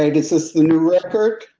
this is the new record